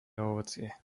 ovocie